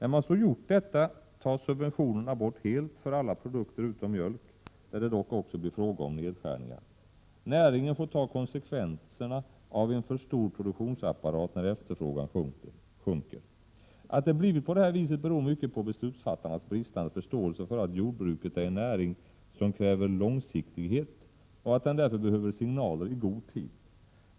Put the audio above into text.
När man så gjort detta, tas subventionerna bort helt för alla produkter 6 juni 1988 utom mjölk, där det dock också blir fråga om nedskärningar. Näringen får ta Miljöförbättrande åt konsekvenserna av en för stor produktionsapparat när efterfrågan sjunker. ä z - sö SEE E gärder inom jordbru Att det blivit på det här viset beror mycket på beslutfattarnas bristande ket m.m. förståelse för att jordbruket är en näring som kräver långsiktighet och att den därför behöver signaler i god tid.